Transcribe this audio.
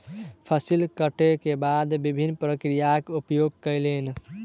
फसिल कटै के बाद विभिन्न प्रक्रियाक उपयोग कयलैन